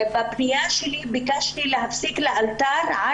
בפנייה שלי ביקשתי להפסיק לאלתר את